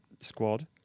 squad